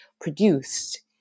produced